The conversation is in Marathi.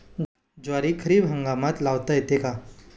ज्वारी खरीप हंगामात लावता येते का?